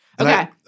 Okay